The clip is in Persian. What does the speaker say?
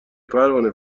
پروانه